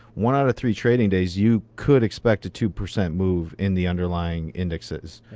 one out of three trading days, you could expect a two percent move in the underlying indexes,